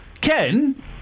Ken